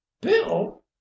bill